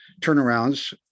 turnarounds